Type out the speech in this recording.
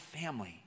family